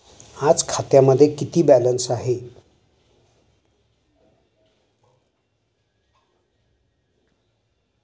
आज खात्यामध्ये किती बॅलन्स आहे?